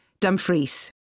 Dumfries